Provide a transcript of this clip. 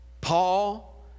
Paul